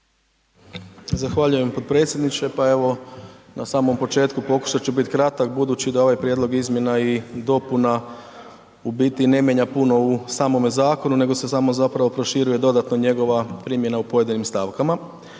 Zahvaljujem potpredsjedniče. Pa evo na samom početku pokušat ću bit kratak budući da ovaj prijedlog izmjena i dopuna u biti ne mijenja puno u samome zakonu, nego se samo zapravo proširuje dodatno njegova primjena u pojedinim stavkama.